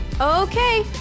Okay